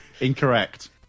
Incorrect